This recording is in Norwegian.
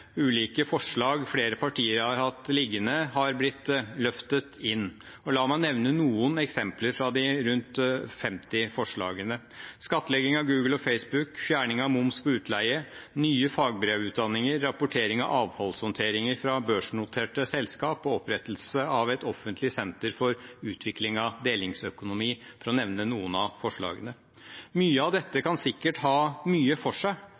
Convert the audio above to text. ulike forslag flere partier har hatt liggende, har blitt løftet inn. La meg nevne noen eksempler fra de rundt 50 forslagene: skattlegging av Google og Facebook, fjerning av moms på utleie, nye fagbrevutdanninger, rapportering av avfallshåndtering fra børsnoterte selskap og opprettelse av et offentlig senter for utvikling av delingsøkonomi, for å nevne noen av forslagene. Mye av dette kan sikkert ha mye for seg,